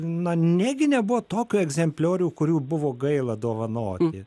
na negi nebuvo tokių egzempliorių kurių buvo gaila dovanoti